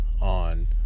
on